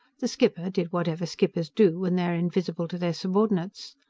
the skipper did whatever skippers do when they are invisible to their subordinates.